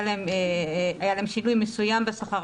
היה להם שינוי מסוים בשכר,